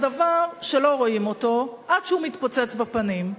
זה דבר שלא רואים אותו עד שהוא מתפוצץ בפנים.